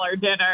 dinner